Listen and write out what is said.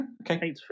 Okay